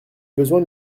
besoin